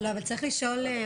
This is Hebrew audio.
ומתי?